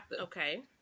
Okay